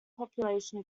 population